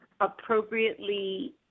appropriately